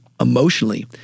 emotionally